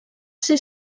ser